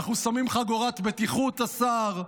אנחנו שמים חגורת בטיחות, השר.